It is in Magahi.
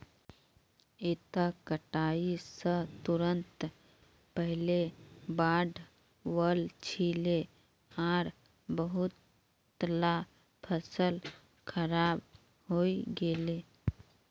इता कटाई स तुरंत पहले बाढ़ वल छिले आर बहुतला फसल खराब हई गेले